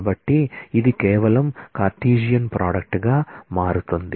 కాబట్టి ఇది కేవలం కార్టిసియన్ ప్రోడక్ట్ గా మారుతుంది